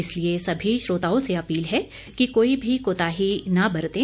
इसलिए सभी श्रोताओं से अपील है कि कोई भी कोताही न बरतें